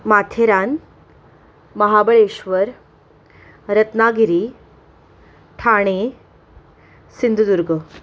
Matheran Mahabaleshwar Ratnagiri Thane Sindhudurg